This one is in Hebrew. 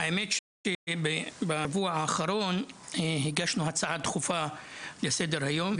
האמת שבשבוע שהאחרון הגשנו הצעה דחופה לסדר-היום,